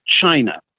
China